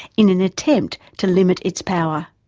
in an attempt to limit its power.